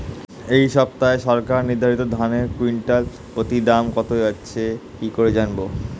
এই সপ্তাহে সরকার নির্ধারিত ধানের কুইন্টাল প্রতি দাম কত যাচ্ছে কি করে জানবো?